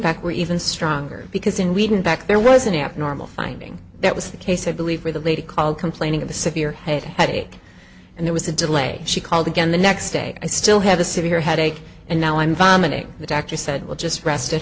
fact were even stronger because in reading back there was an abnormal finding that was the case i believe where the lady called complaining of the severe head headache and there was a delay she called again the next day i still have a severe headache and now i'm vomiting the doctor said well just rest at